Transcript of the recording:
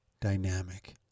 dynamic